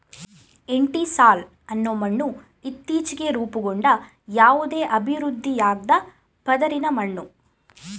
entisol ಅನ್ನೋ ಮಣ್ಣು ಇತ್ತೀಚ್ಗೆ ರೂಪುಗೊಂಡ ಯಾವುದೇ ಅಭಿವೃದ್ಧಿಯಾಗ್ದ ಪದರಿನ ಮಣ್ಣು